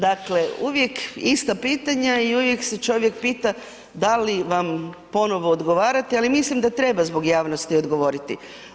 Dakle, uvijek ista pitanja i uvijek se čovjek pita da li vam ponovo odgovarati, al mislim da treba zbog javnosti odgovoriti.